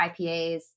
IPAs